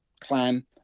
clan